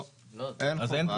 לא, אין חובה.